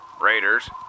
raiders